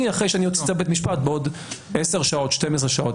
אחרי שאני אוציא צו בית משפט בעוד 12-10 שעות.